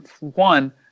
one